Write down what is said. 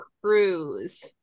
cruise